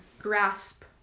grasp